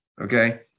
Okay